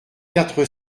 quatre